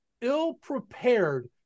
ill-prepared